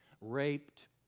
Raped